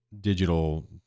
digital